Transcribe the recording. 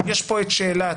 יש פה את שאלת